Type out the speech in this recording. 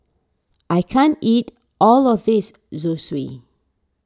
I can't eat all of this Zosui